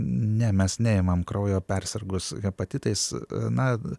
ne mes neimam kraujo persirgus hepatitais na